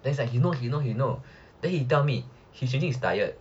then he's like he know he know he know then he tell me he using his diet